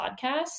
podcast